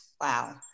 Wow